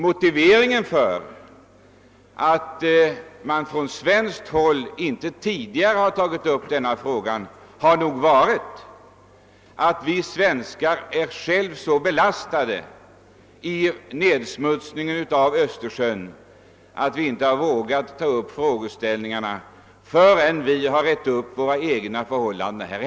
Motiveringen till att man från svenskt håll inte tidigare tagit upp denna fråga har nog varit att vi svenskar själva är så belastade i fråga om Östersjöns nedsmutsning att vi inte vågat ta upp problemen förrän vi rett upp förhållanden längs vår egen kust.